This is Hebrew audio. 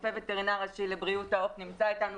רופא וטרינר ראשי לבריאות העוף נמצא אתנו